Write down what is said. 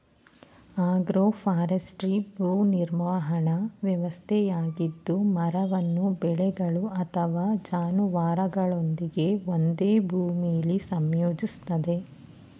agroforestry ಭೂ ನಿರ್ವಹಣಾ ವ್ಯವಸ್ಥೆಯಾಗಿದ್ದು ಮರವನ್ನು ಬೆಳೆಗಳು ಅಥವಾ ಜಾನುವಾರುಗಳೊಂದಿಗೆ ಒಂದೇ ಭೂಮಿಲಿ ಸಂಯೋಜಿಸ್ತದೆ